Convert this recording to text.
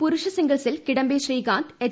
പുരുഷ സിംഗിൾസിൽ കിഡംബി ശ്രീകാന്ത് എച്ച്